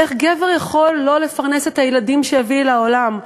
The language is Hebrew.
איך גבר יכול שלא לפרנס את הילדים שהביא לעולם?